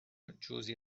جزعی